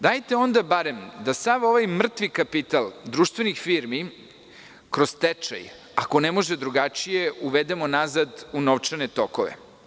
Dajte onda bar da sav ovaj mrtvi kapital društvenih firmi kroz stečaj, ako ne može drugačije, uvedemo nazad u novčane tokove.